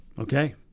Okay